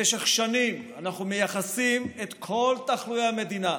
במשך שנים אנחנו מייחסים את כל תחלואי המדינה